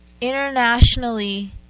internationally